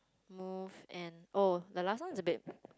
move and oh the last one is a bit